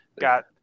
got